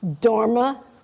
Dharma